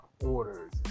orders